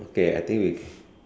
okay I think we